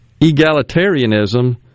egalitarianism